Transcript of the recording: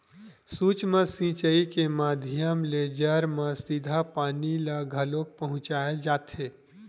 सूक्ष्म सिचई के माधियम ले जर म सीधा पानी ल घलोक पहुँचाय जाथे